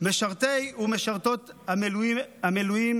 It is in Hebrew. משרתי ומשרתות המילואים